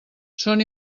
són